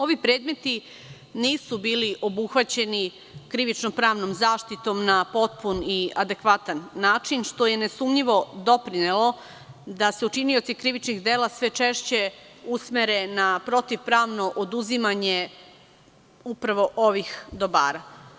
Ovi predmeti nisu bili obuhvaćeni krivično-pravnom zaštitom na potpun i adekvatan način, što je nesumnjivo doprinelo da se učinioci krivičnih dela sve češće usmere na protivpravno oduzimanje upravo ovih dobara.